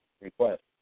request